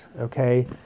okay